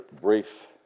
brief